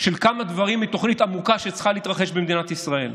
של כמה דברים מתוכנית עמוקה שצריכה להתרחש במדינת ישראל.